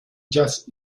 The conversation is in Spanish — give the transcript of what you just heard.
jazz